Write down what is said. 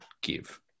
give